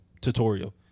tutorial